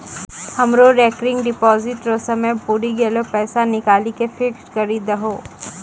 हमरो recurring deposit रो समय पुरी गेलै पैसा निकालि के फिक्स्ड करी दहो